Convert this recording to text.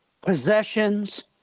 possessions